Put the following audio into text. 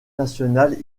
nationale